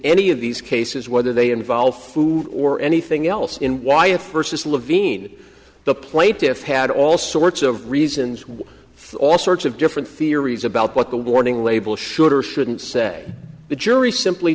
any of these cases whether they involve food or anything else in why it first is levine the plaintiffs had all sorts of reasons we thought sorts of different theories about what the warning label should or shouldn't say the jury simply